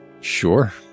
Sure